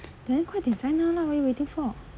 then 快点 sign up lah what are you waiting for